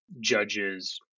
judges